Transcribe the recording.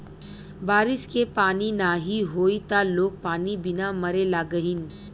बारिश के पानी नाही होई त लोग पानी बिना मरे लगिहन